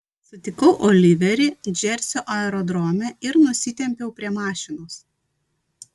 sutikau oliverį džersio aerodrome ir nusitempiau prie mašinos